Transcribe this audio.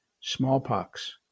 Smallpox